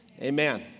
amen